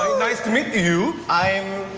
nice to meet you. i'm